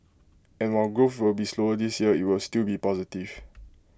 and while growth will be slower this year IT will still be positive